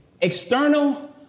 external